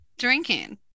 drinking